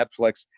Netflix